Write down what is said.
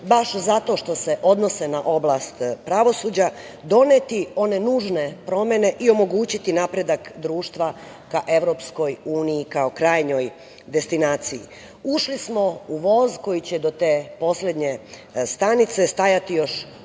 baš zato što se odnose na oblast pravosuđa, doneti one nužne promene i omogućiti napredak društva ka EU kao krajnjoj destinaciji. Ušli smo u voz koji će do te poslednje stanice stajati još mnogo